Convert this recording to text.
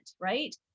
right